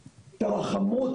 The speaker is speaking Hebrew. תרחמו,